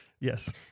Yes